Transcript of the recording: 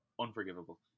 unforgivable